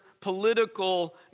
political